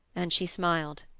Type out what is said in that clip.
and she smiled.